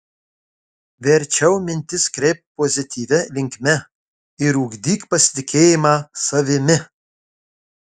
verčiau mintis kreipk pozityvia linkme ir ugdyk pasitikėjimą savimi